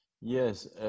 Yes